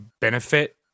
benefit